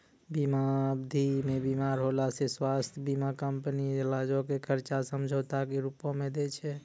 बीमा अवधि मे बीमार होला से स्वास्थ्य बीमा कंपनी इलाजो के खर्चा समझौता के रूपो मे दै छै